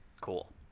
Cool